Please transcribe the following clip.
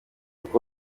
uko